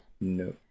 No